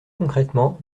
concrètement